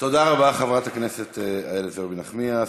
תודה רבה, חברת הכנסת איילת ורבין נחמיאס.